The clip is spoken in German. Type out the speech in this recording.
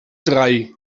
drei